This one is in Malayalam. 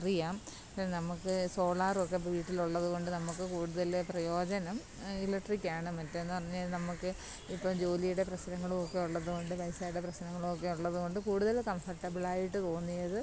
അറിയാം പിന്നെ നമുക്ക് സോളാർ ഒക്കെ വീട്ടിലുള്ളത് കൊണ്ട് നമുക്ക് കൂടുതൽ പ്രയോജനം ഇലക്ട്രിക്കാണ് മറ്റേതെന്ന് പറഞ്ഞാൽ നമുക്ക് ഇപ്പം ജോലിയുടെ പ്രശ്നങ്ങളും ഒക്കെ ഉള്ളത് കൊണ്ട് പൈസയുടെ പ്രശ്നങ്ങളും ഒക്കെ ഉള്ളത് കൊണ്ട് കൂടുതൽ കംഫർട്ടബളായിട്ട് തോന്നിയത്